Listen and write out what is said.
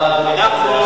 מה מציע אדוני?